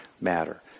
matter